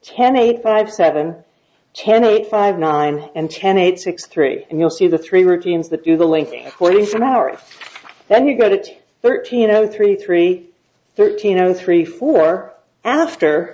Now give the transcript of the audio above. ten eight five seven ten eight five nine and ten eight six three and you'll see the three routines that do the linking twenty four hours then you go to thirteen zero three three thirteen zero three four after